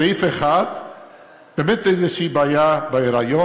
סעיף 1 באמת איזושהי בעיה בהיריון.